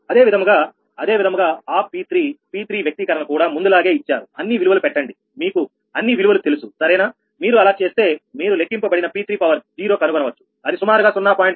అదే విధముగా అదే విధముగా ఆ P3P3 వ్యక్తీకరణ కూడా ముందులాగే ఇచ్చారు అన్ని విలువలు పెట్టండి మీకు అన్ని విలువలు తెలుసు సరేనా మీరు అలా చేస్తే మీరు లెక్కింపబడిన 𝑃3 కనుగొనవచ్చు అది సుమారుగా 0